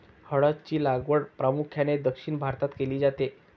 हळद ची लागवड प्रामुख्याने दक्षिण भारतात केली जाते